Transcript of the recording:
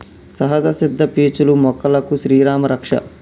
సహజ సిద్ద పీచులు మొక్కలకు శ్రీరామా రక్ష